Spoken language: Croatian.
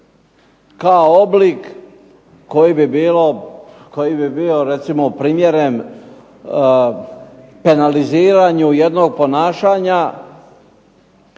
kao oblik koji bi bio primjeren banaliziranju jednog ponašanja,